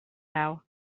now